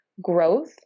growth